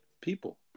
people